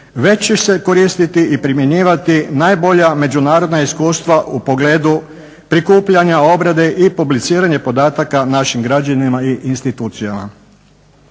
već će se koristiti i primjenjivati najbolja međunarodna iskustva u pogledu prikupljanja, obrade i publiciranja podataka našim građanima i institucijama.